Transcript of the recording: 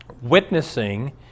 Witnessing